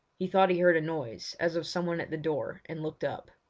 he thought he heard a noise as of someone at the door and looked up.